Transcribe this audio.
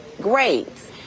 grades